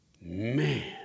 Man